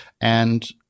And-